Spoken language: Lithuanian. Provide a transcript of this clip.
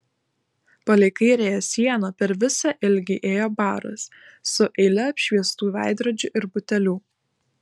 palei kairiąją sieną per visą ilgį ėjo baras su eile apšviestų veidrodžių ir butelių